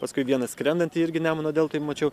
paskui vieną skrendantį irgi nemuno deltoj mačiau